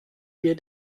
wir